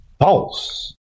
Pulse